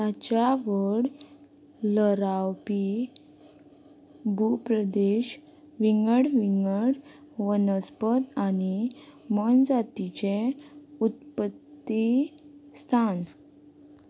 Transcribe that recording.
ताच्या व्हड लरावपी भूप्रदेश विंगड विंगड वनस्पत आनी मोनजातीचें उत्पत्ती स्थान